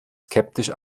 skeptisch